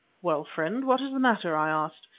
well, friend, what is the matter? i asked.